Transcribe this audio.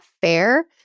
fair